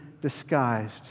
disguised